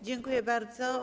Dziękuję bardzo.